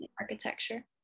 architecture